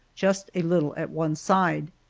just a little at one side.